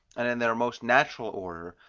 and in their most natural order,